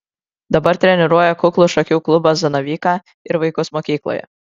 dabar treniruoja kuklų šakių klubą zanavyką ir vaikus mokykloje